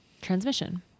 transmission